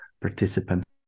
participants